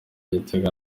igitego